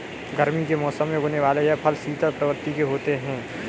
गर्मी के मौसम में उगने वाले यह फल शीतल प्रवृत्ति के होते हैं